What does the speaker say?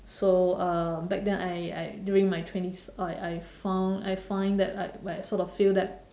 so uh back then I I during my twenties I I found I find that like I sort of feel that